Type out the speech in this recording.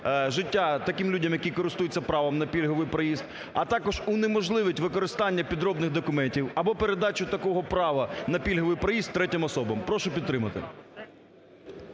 життя таким людям, які користуються правом на пільговий проїзд, а також унеможливить використання підробних документів або передачу такого права на пільговий проїзд третім особам. Прошу підтримати.